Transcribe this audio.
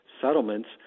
settlements